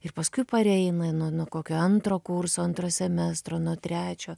ir paskui pareina nuo nuo kokio antro kurso antro semestro nuo trečio